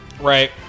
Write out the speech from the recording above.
Right